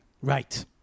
Right